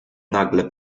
nagle